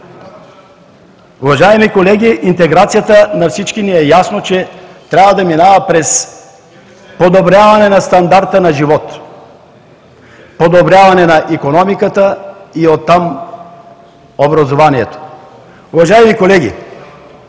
Уважаеми колеги, на всички ни е ясно, че интеграцията трябва да минава през подобряване на стандарта на живот, подобряване на икономиката и оттам на образованието. Уважаеми колеги,